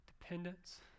dependence